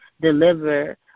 deliver